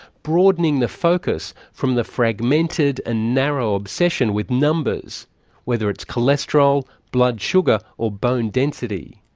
broadening the focus from the fragmented and narrow obsession with numbers whether it's cholesterol, blood sugar or bone density.